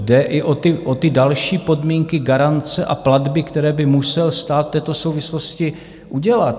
Jde i o ty další podmínky, garance a platby, které by musel stát v této souvislosti udělat.